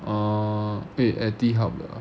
uh wait at T hub 的啊